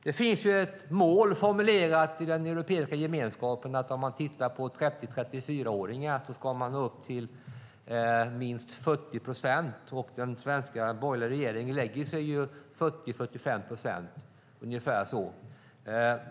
Det finns ett mål formulerat i Europeiska gemenskapen om att minst 40 procent av 30-34-åringarna ska ha en högre utbildning. Den svenska borgerliga regeringen lägger sig på 40-45 procent.